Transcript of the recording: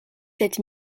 sept